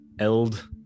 eld